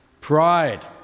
pride